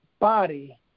Body